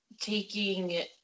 taking